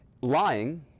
lying